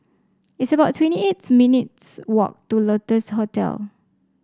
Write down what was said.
it's about twenty eight minutes' walk to Lotus Hostel